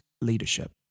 leadership